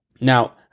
Now